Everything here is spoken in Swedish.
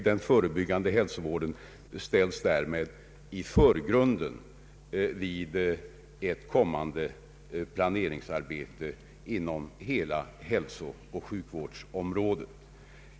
Den förebyggande hälsovården ställs därmed i förgrunden vid ett kommande planeringsarbete inom hela hälsooch sjukvårdsområdet.